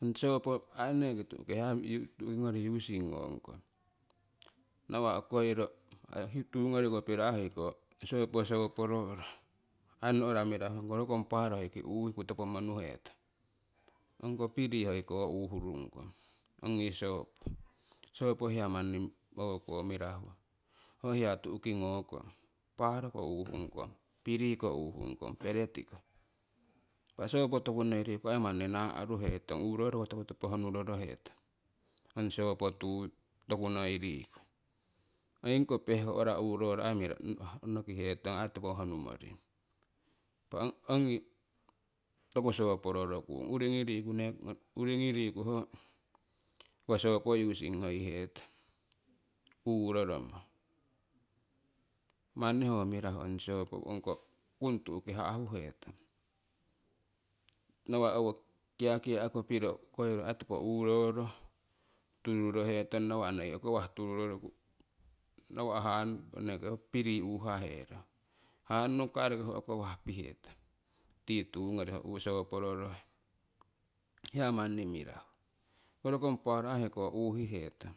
Ong sopo aii neeki hiya tu'kingori using nongkong, nawa' uukoiro tuu ngoriko piro hoiko sopo sopororo aii no'ra mirahu, hoko rokong paaro hoi ki uuhiku no'ra topo monuhetong. Ongko pirii hoiko uhurungkong ongi sopo. Sopo hiya manni o'ko mirahu ho hiya tu'ki ngo kong paaroko uuhungkong, piriiko uuhungkong, peretiko. Impa sopo tokunoi riku aii manni naaruhetong, uuroro ko toku topo honnurorohetong ong sopo tokunoi riku. Oingiko pehko'ra uuroro nokihetong aii topo honnumoring. Impa ongi toku sopo rorokung uringii riiku, nee uringii riiku ho sopo using ngoihetong uuroromo manni ho mirahu ong sopo ongko kungtu'ki ha'huhetong. Nawah owo kiakiako piro uukoiro topo uuroro tururorohetong nawa' noi uukowah tururoroku nawa' hannuku eneke ho pirii uuhaherong, hannuku aii roki ho uukowah pihetong tii tuu ngorii sopororohe hiya manni mirahu, ho rokong paaro aii hoiko uuhihetong,